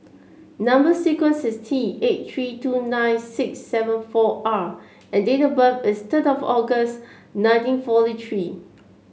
number sequence is T eight three two nine six seven four R and date of birth is third August nineteen forty three